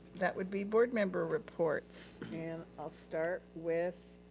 that would be board member reports. and i'll start with,